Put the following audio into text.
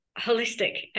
holistic